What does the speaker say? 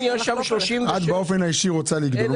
את באופן אישי רוצה לגדול,